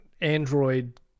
Android